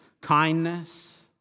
kindness